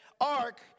ark